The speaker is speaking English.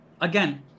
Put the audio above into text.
again